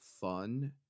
fun